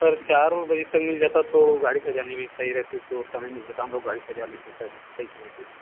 sir चार उर बजे तक मिल जाता तो गाड़ी सजाने में सही रहती तो समय मिल जाता हम लोग गाड़ी सजा लेते सही में सही समय पर